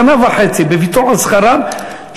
בשנה וחצי בוויתור על שכרם,